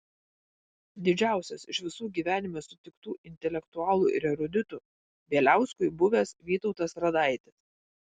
didžiausias iš visų gyvenime sutiktų intelektualų ir eruditų bieliauskui buvęs vytautas radaitis